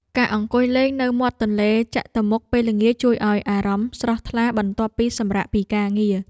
ការអង្គុយលេងនៅមាត់ទន្លេចតុមុខពេលល្ងាច ជួយឱ្យអារម្មណ៍ស្រស់ថ្លាបន្ទាប់ពីសម្រាកពីការងារ។